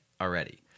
already